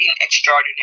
extraordinary